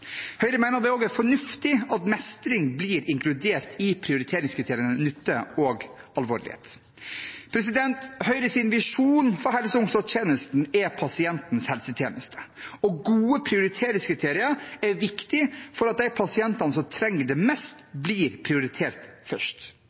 Høyre mener også det er fornuftig at mestring blir inkludert i prioriteringskriteriene nytte og alvorlighet. Høyres visjon for helse- og omsorgstjenesten er pasientens helsetjeneste, og gode prioriteringskriterier er viktig for at de pasientene som trenger det mest, blir prioritert først.